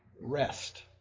rest